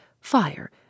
fire